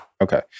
Okay